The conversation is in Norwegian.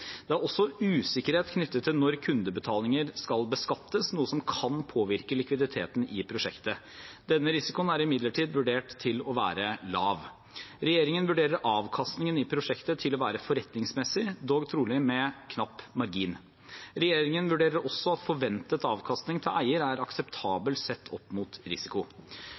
Det er også usikkerhet knyttet til når kundebetalinger skal beskattes, noe som kan påvirke likviditeten i prosjektet. Denne risikoen er imidlertid vurdert til å være lav. Regjeringen vurderer avkastningen i prosjektet til å være forretningsmessig, dog trolig med knapp margin. Regjeringen vurderer også at forventet avkastning til eier er akseptabel sett opp mot risiko.